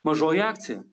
mažoji akcija